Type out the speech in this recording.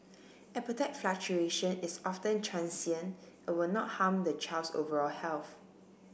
appetite fluctuation is often transient and will not harm the child's overall health